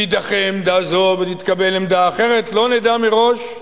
תידחה עמדה זו ותתקבל עמדה אחרת, לא נדע מראש.